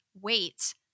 wait